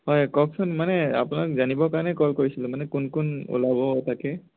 হয় কওকচোন মানে আপোনাক জানিবৰ কাৰণেই কল কৰিছিলোঁ মানে কোন কোন ওলাব তাকে